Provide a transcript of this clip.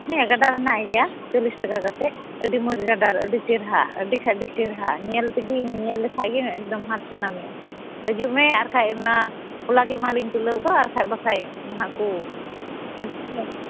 ᱦᱮᱸ ᱜᱟᱰᱟᱨ ᱦᱮᱱᱟᱜ ᱜᱮᱭᱟ ᱪᱚᱞᱤᱥ ᱴᱟᱠᱟ ᱠᱟᱛᱮᱫ ᱟᱹᱰᱤ ᱢᱚᱡᱽ ᱜᱟᱰᱟᱨ ᱟᱹᱰᱤ ᱪᱮᱨᱦᱟ ᱟᱹᱰᱤ ᱠᱷᱟᱱ ᱟᱹᱰᱤ ᱪᱮᱨᱦᱟ ᱧᱮᱞᱛᱮᱜᱮᱢ ᱧᱮᱞ ᱞᱮᱠᱷᱟᱱ ᱜᱮ ᱮᱠᱫᱚᱢ ᱦᱟᱛᱟᱣᱜᱮ ᱥᱟᱱᱟ ᱢᱮᱭᱟ ᱦᱤᱡᱩᱜ ᱢᱮ ᱟᱨ ᱵᱟᱠᱷᱟᱱ ᱚᱱᱟ ᱦᱚᱞᱟ ᱜᱮ ᱢᱟᱞᱤᱧ ᱩᱞᱟᱹᱣ ᱟᱠᱟᱫᱼᱟ ᱟᱨ ᱵᱟᱠᱷᱟᱱ ᱵᱟᱠᱷᱟᱱ ᱱᱟᱦᱟᱜ ᱠᱚ ᱦᱟᱛᱟᱣ ᱪᱟᱵᱟᱭᱟᱠᱚ